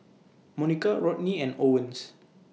Monica Rodney and Owens